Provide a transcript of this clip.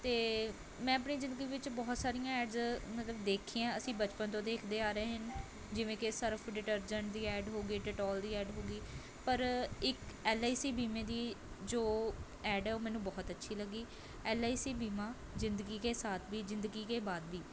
ਅਤੇ ਮੈਂ ਆਪਣੀ ਜ਼ਿੰਦਗੀ ਵਿੱਚ ਬਹੁਤ ਸਾਰੀਆਂ ਐਡਜ਼ ਮਤਲਬ ਦੇਖੀਆਂ ਅਸੀਂ ਬਚਪਨ ਤੋਂ ਦੇਖਦੇ ਆ ਰਹੇ ਹਨ ਜਿਵੇਂ ਕਿ ਸਰਫ਼ ਡਿਟਰਜੈਂਟ ਦੀ ਐਡ ਹੋ ਗਈ ਡੀਟੋਲ ਦੀ ਐਡ ਹੋ ਗਈ ਪਰ ਇੱਕ ਐੱਲ ਆਈ ਸੀ ਬੀਮੇ ਦੀ ਜੋ ਐਡ ਹੈ ਉਹ ਮੈਨੂੰ ਬਹੁਤ ਅੱਛੀ ਲੱਗੀ ਐੱਲ ਆਈ ਸੀ ਬੀਮਾ ਜ਼ਿੰਦਗੀ ਕੇ ਸਾਥ ਭੀ ਜ਼ਿੰਦਗੀ ਕੇ ਬਾਦ ਭੀ